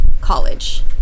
college